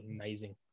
amazing